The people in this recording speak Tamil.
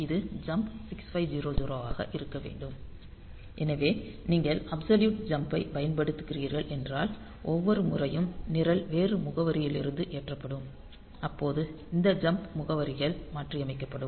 இது ஜம்ப் 6500 ஆக இருக்க வேண்டும் எனவே நீங்கள் அப்சொலியூட் ஜம்ப் ஐ பயன்படுத்துகிறீர்கள் என்றால் ஒவ்வொரு முறையும் நிரல் வேறு முகவரியிலிருந்து ஏற்றப்படும் அப்போது இந்த ஜம்ப் முகவரிகள் மாற்றியமைக்கப்படும்